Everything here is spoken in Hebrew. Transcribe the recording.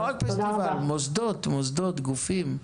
לא רק פסטיבלים, מוסדות, גופים.